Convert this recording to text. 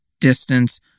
distance